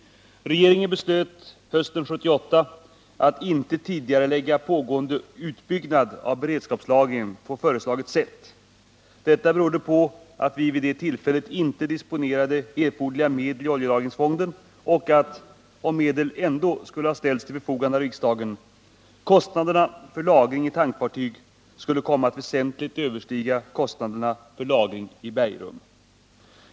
Regeringen beslöt hösten 1978 att inte tidigarelägga pågående utbyggnad av beredskapslagringen på föreslaget sätt. Detta berodde på att vi vid det tillfället inte disponerade erforderliga medel i oljelagringsfonden och att — om medel ändå skulle ha ställts till förfogande av riksdagen — kostnaderna för lagring i tankfartyg skulle komma att väsentligt överstiga kostnaderna för lagring i bergrum.